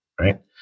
Right